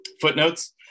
footnotes